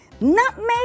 nutmeg